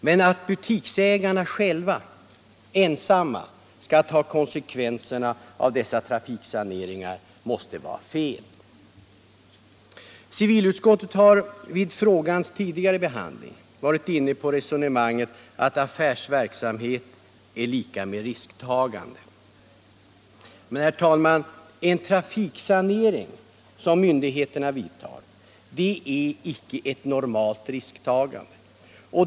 Men att butiksägarna själva — ensamma — skall ta konsekvenserna av dessa trafiksaneringar måste vara fel. Civilutskottet har vid frågans tidigare behandling varit inne på resonemanget att affärsverksamhet är lika med risktagande. Men, herr talman, en trafiksanering som myndigheterna vidtar ingår icke i ett normalt risktagande.